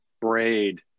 braid